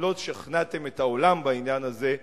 אם לא שכנעתם את העולם בעניין הזה,